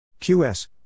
QS